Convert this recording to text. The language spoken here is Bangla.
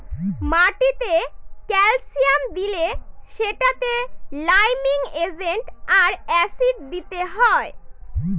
মাটিতে ক্যালসিয়াম দিলে সেটাতে লাইমিং এজেন্ট আর অ্যাসিড দিতে হয়